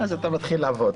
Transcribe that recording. אז אתה מתחיל לעבוד.